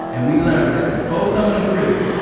and we learned that, before coming to prison,